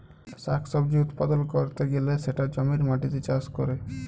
শাক সবজি উৎপাদল ক্যরতে গ্যালে সেটা জমির মাটিতে চাষ ক্যরে